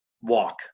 walk